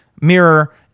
mirror